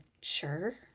sure